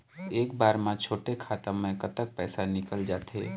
एक बार म छोटे खाता म कतक पैसा निकल जाथे?